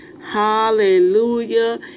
hallelujah